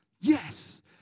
yes